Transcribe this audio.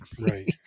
right